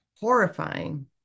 horrifying